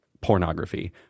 pornography